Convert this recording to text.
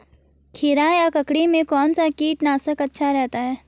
खीरा या ककड़ी में कौन सा कीटनाशक अच्छा रहता है?